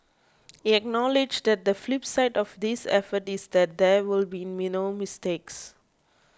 he acknowledged that the flip side of this effort is that there will be mistakes